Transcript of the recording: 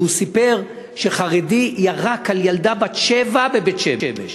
והוא סיפר שחרדי ירק על ילדה בת שבע בבית-שמש.